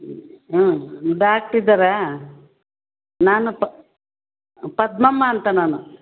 ಹಾಂ ಡಾಕ್ಟ್ರ್ ಇದ್ದಾರಾ ನಾನು ಪದ್ಮಮ್ಮ ಅಂತ ನಾನು